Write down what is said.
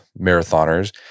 marathoners